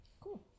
cool